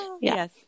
Yes